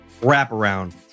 wraparound